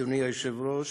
אדוני היושב-ראש,